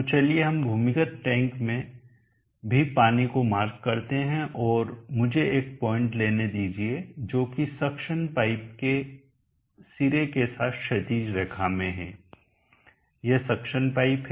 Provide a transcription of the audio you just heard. तो चलिए हम भूमिगत टैंक में भी पानी को मार्क करते हैं और मुझे एक पॉइंट लेने दीजिए जो कि सक्शन पाइप के सिरे के साथ क्षैतिज रेखा में है यह सक्शन पाइप है